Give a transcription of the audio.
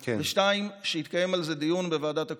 2. שיתקיים על זה דיון בוועדת הקורונה.